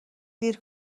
دیر